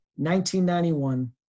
1991